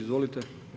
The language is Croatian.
Izvolite.